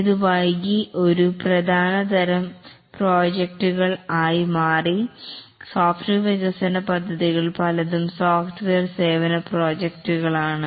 ഇത് വൈകി ഒരു പ്രധാന തരം പ്രോജക്ടുകൾ ആയിമാറി സോഫ്റ്റ്വെയർ വികസന പദ്ധതികളിൽ പലതും സോഫ്റ്റ്വെയർ സേവന പ്രോജക്ടുകളാണ്